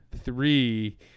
three